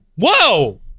Whoa